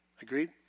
Agreed